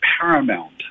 Paramount